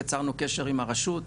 יצרנו קשר עם הרשות.